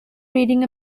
reading